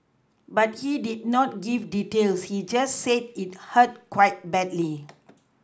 but he did not give details he just said it hurt quite badly